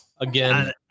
Again